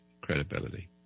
credibility